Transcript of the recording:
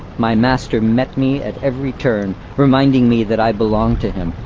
my master met me at every turn, reminding me that i belonged to him,